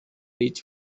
rich